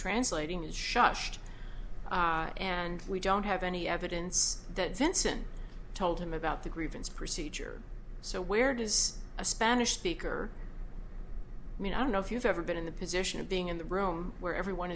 translating is shush and we don't have any evidence that they anson told him about the grievance procedure so where does a spanish speaker i mean i don't know if you've ever been in the position of being in the room where everyone